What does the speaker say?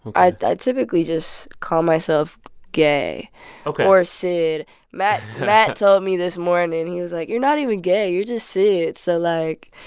i typically just call myself gay ok. or syd matt matt told me this morning he was, like, you're not even gay you're just syd, so, like,